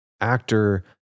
actor